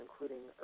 including